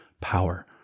power